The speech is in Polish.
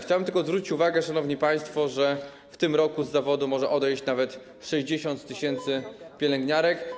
Chciałbym tylko zwrócić uwagę, szanowni państwo, że w tym roku z zawodu może odejść nawet 60 tys. pielęgniarek.